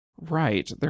right